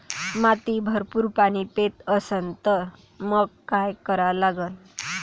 माती भरपूर पाणी पेत असन तर मंग काय करा लागन?